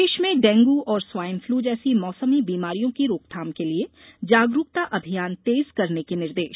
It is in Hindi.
प्रदेश में डेंगू और स्वाइन फ़लू जैसी मौसमी बीमारियों की रोकथाम के लिए जागरूकता अभियान तेज करने के निर्देश